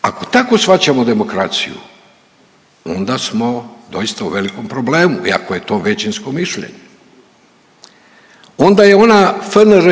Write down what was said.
ako tako shvaćamo demokraciju onda smo doista u velikom problemu i ako je to većinsko mišljenje. Onda je ona FNR